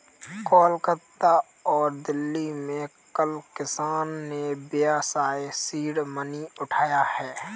कोलकाता और दिल्ली में कल किसान ने व्यवसाय सीड मनी उठाया है